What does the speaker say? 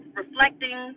reflecting